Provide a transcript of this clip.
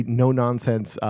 no-nonsense